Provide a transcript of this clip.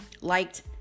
liked